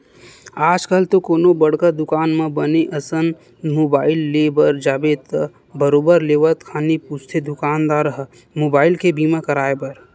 आजकल तो कोनो बड़का दुकान म बने असन मुबाइल ले बर जाबे त बरोबर लेवत खानी पूछथे दुकानदार ह मुबाइल के बीमा कराय बर